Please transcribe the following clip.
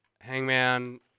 Hangman